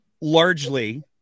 largely